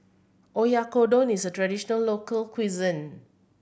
oyakodon is a traditional local cuisine